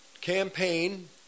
campaign